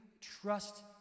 trust